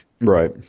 right